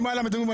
לנתינה.